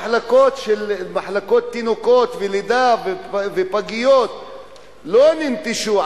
מחלקות התינוקות והלידה והפגיות לא ננטשו,